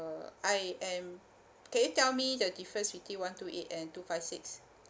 I am can you tell me the difference between one two eight and two five six